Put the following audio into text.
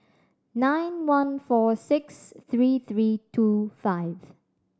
nine one four six three three two five